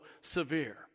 severe